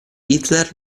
hitler